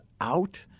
out